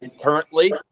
currently